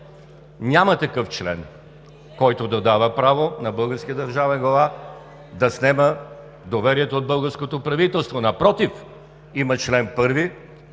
Няма такъв член, който да дава право на българския държавен глава да снема доверието от българското правителство. Напротив, има чл. 1